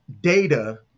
data